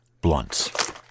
blunts